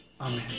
Amen